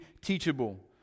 teachable